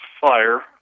fire